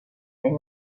est